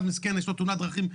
אחד מסכן יש לו תאונת דרכים,